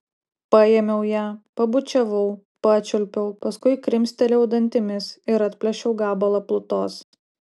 paėmiau ją pabučiavau pačiulpiau paskui krimstelėjau dantimis ir atplėšiau gabalą plutos